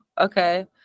Okay